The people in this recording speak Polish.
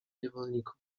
niewolników